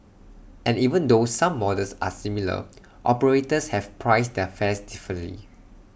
and even though some models are similar operators have priced their fares differently